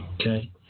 Okay